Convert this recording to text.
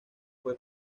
fue